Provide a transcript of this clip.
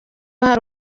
hari